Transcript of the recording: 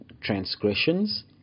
transgressions